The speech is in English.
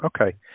Okay